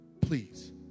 please